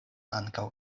ankaŭ